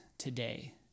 today